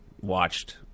watched